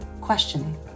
questioning